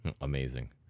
Amazing